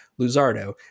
Luzardo